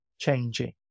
changing